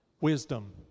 Wisdom